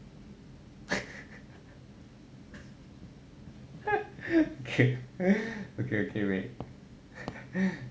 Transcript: okay okay wait